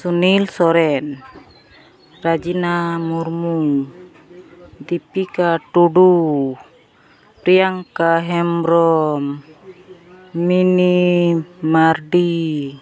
Sunil Soren Rajina Murmu Dipika Tudu Priyanka Hembrom Mini Mardi